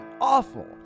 awful